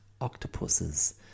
octopuses